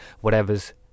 whatever's